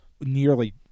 nearly